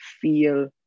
feel